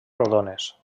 rodones